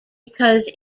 because